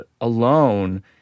alone